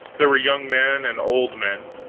there were young men and old men,